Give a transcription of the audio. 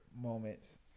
moments